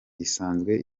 isanzwe